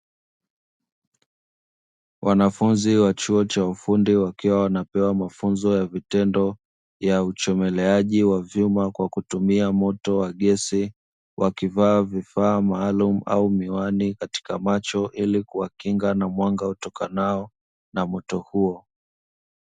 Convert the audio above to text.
Wanafunzi wa chuo cha ufundi wakiwa wanapewa mafunzo ya vitendo, ya uchomeleaji wa vyuma kwa kutumia moto wa gesi, wakivaa vifaa maalumu au miwani katika macho, ili kuwakinga na mwanga utokanao na moto huo.